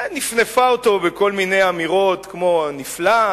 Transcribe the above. נפנפה אותו בכל מיני אמירות כמו: נפלא,